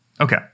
Okay